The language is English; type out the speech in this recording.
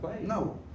no